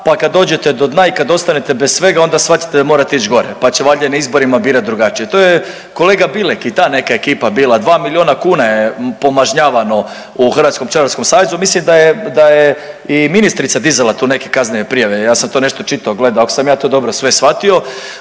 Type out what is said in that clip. pa kad dođete do dna i kad ostanete bez svega onda shvatite da morate ić gore, pa će valjda na izborima birat drugačije. To je kolega Bilek i ta neka ekipa bila, dva milijuna kuna je pomažnjavano u Hrvatskom pčelarskom savezu. Mislim da je, da je i ministrica dizala tu neke kaznene prijave, ja sam to nešto čitao, gledao, ako sam ja to dobro sve shvatio.